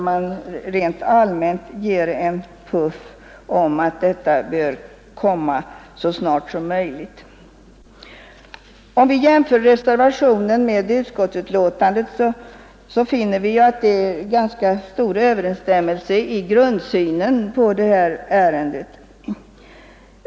Man ger allmänt en puff för att ett förslag från regeringen bör komma så snart som möjligt. Om vi jämför reservationen med utskottsbetänkandet, finner vi ju att det är ganska stora överensstämmelser i grundsynen på det här ärendet.